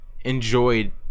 enjoyed